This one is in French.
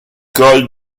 col